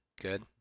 good